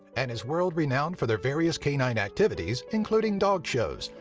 and is world-renowned for their various canine activities, including dog shows,